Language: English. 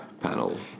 panel